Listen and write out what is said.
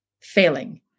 failing